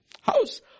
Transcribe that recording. house